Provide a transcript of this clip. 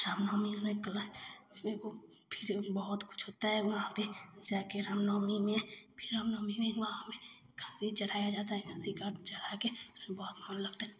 रामनवमी में कलश में घूम फिर बहुत कुछ होता है वहाँ पर जाकर रामनवमी में फिर रामनवमी में वहाँ पर खस्सी चढ़ाया जाता है खस्सी काट चढ़ाकर बहुत मन लगता है फिर से